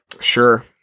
Sure